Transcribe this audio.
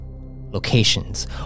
locations